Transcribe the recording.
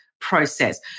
process